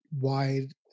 wide